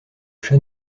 chat